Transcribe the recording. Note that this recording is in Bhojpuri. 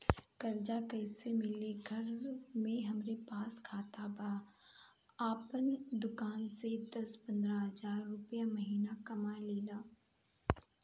कर्जा कैसे मिली घर में हमरे पास खाता बा आपन दुकानसे दस पंद्रह हज़ार रुपया महीना कमा लीला?